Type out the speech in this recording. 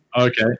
Okay